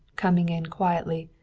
coming in quietly,